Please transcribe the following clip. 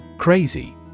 Crazy